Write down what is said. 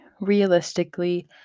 realistically